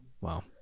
wow